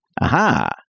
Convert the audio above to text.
aha